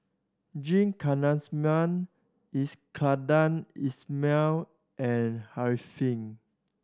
G Kandasamy Iskandar Ismail and Arifin